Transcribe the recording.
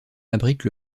abritent